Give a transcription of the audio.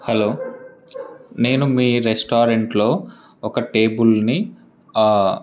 hello నేను మీ రెస్టారెంట్లో ఒక టేబుల్ని